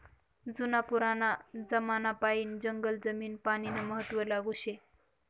जुना पुराना जमानापायीन जंगल जमीन पानीनं महत्व लागू शे